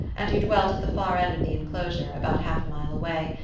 and who dwelt at the far end of the enclosure, about half a mile away,